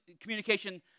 communication